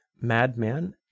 Madman